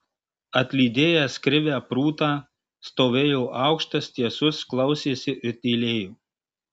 atlydėjęs krivę prūtą stovėjo aukštas tiesus klausėsi ir tylėjo